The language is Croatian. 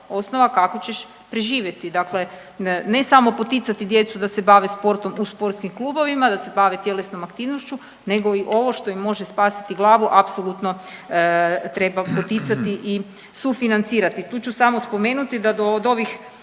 osnova kako ćeš preživjeti. Dakle, ne samo poticati djecu da se bave sportom u sportskim klubovima, da se bave tjelesnom aktivnošću nego i ovo što im može spasiti glavu, apsolutno treba poticati i sufinancirati. Tu ću samo spomenuti da do ovih